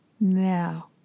now